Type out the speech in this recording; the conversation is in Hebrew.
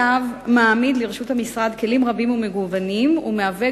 הצו מעמיד לרשות המשרד כלים רבים ומגוונים ומהווה